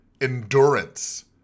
endurance